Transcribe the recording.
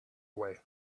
away